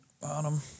Bottom